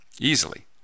easily